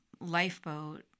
Lifeboat